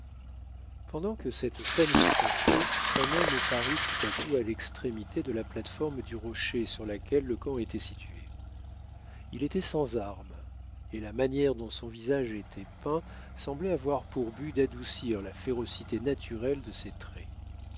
pendant que cette scène se passait un homme parut tout à coup à l'extrémité de la plate-forme du rocher sur laquelle le camp était situé il était sans armes et la manière dont son visage était peint semblait avoir pour but d'adoucir la férocité naturelle de ses traits